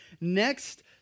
next